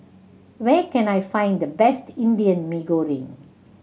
where can I find the best Indian Mee Goreng